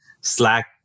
Slack